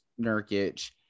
Nurkic